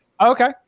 Okay